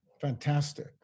Fantastic